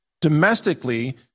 domestically